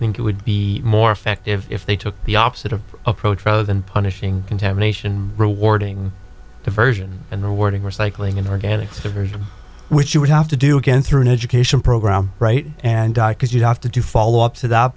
think it would be more effective if they took the opposite of approach rather than punishing contamination rewarding diversion and rewarding recycling in organics or which you would have to do again through an education program and diet because you have to do follow ups to that